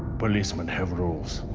policemen have rules